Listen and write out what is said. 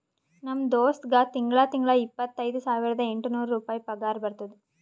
ನಮ್ ದೋಸ್ತ್ಗಾ ತಿಂಗಳಾ ತಿಂಗಳಾ ಇಪ್ಪತೈದ ಸಾವಿರದ ಎಂಟ ನೂರ್ ರುಪಾಯಿ ಪಗಾರ ಬರ್ತುದ್